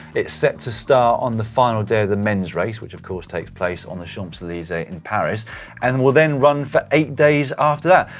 it's set to start on the final day of the men's race, which of course takes place on the champs-elysees in and paris and will then run for eight days after that,